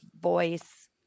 voice